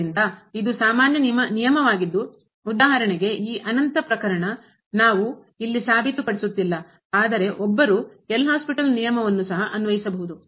ಆದ್ದರಿಂದ ಇದು ಸಾಮಾನ್ಯ ನಿಯಮವಾಗಿದ್ದು ಉದಾಹರಣೆಗೆ ಈ ಅನಂತ ಪ್ರಕರಣ ನಾವು ಇಲ್ಲಿ ಸಾಬೀತು ಪಡಿಸುತ್ತಿಲ್ಲ ಆದರೆ ಒಬ್ಬರು ಎಲ್ ಹಾಸ್ಪಿಟಲ್ ನಿಯಮವನ್ನು ಸಹ ಅನ್ವಯಿಸಬಹುದು